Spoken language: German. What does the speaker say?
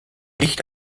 licht